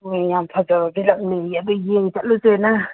ꯎꯝ ꯌꯥꯝ ꯐꯖꯕꯗꯨꯗ ꯑꯗꯨ ꯌꯦꯡ ꯆꯠꯂꯨꯁꯦꯅ